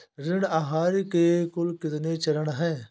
ऋण आहार के कुल कितने चरण हैं?